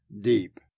deep